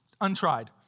Untried